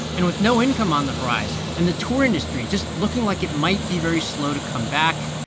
and with no income on the horizon and the tour industry just looking like it might be very slow to come back,